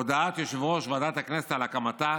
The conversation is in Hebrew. הודעת יושב-ראש ועדת הכנסת על הקמתה